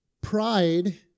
pride